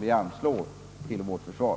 vi anslår till vårt försvar.